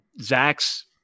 Zach's